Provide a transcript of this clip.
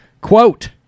Quote